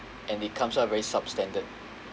and it comes out very substandard